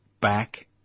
back